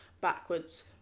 backwards